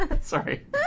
Sorry